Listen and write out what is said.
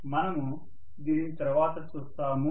మనము దీనిని తరువాత చూస్తాము